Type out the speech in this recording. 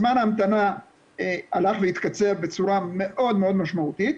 זמן ההמתנה הלך והתקצר בצורה מאוד משמעותית,